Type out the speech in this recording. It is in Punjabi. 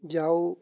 ਜਾਓ